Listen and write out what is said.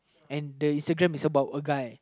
and the Instagram is about a guy